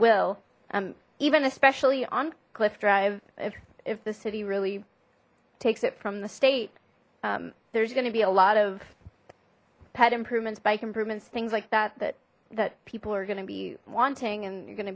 will um even especially on cliff drive if if the city really takes it from the state there's gonna be a lot of pet improvements bike improvements things like that that that people are gonna be wanting and you're go